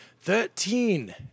Thirteen